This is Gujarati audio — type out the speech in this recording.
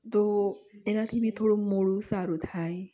તો એનાથી મેં થોડું મોડું સારું થાય